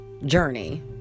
journey